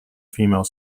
female